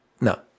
no